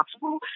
possible